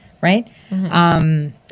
right